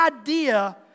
idea